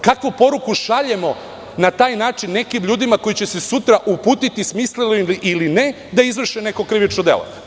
Kakvu poruku šaljemo na taj način nekim ljudima koji će se sutra uputiti smisleno ili ne, da izvrše neko krivično delo?